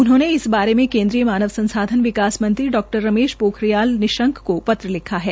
उन्होंने इस बारे में केन्द्रीय मानव संसाधन विकास मंत्री डा रमेश पोखरियाल निशंक को पत्र लिखा है